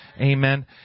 Amen